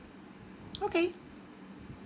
okay